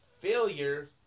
Failure